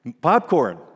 Popcorn